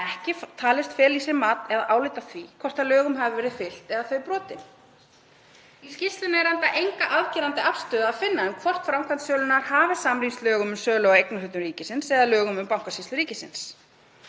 ekki talist fela í sér mat eða álit á því hvort lögum hafi verið fylgt eða þau brotin. Í skýrslunni er enda enga afgerandi afstöðu að finna um hvort framkvæmd sölunnar hafi samrýmst lögum um sölu á eignarhlutum ríkisins eða lögum um Bankasýslu ríkisins.